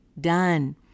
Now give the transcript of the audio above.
done